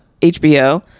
HBO